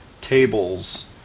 tables